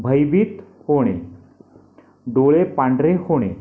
भयभीत होणे डोळे पांढरे होणे